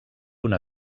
una